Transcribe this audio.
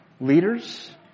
leaders